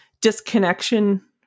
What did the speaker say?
disconnection